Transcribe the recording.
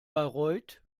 bayreuth